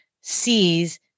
sees